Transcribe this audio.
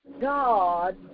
God